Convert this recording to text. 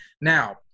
Now